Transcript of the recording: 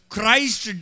Christ